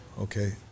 okay